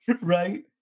Right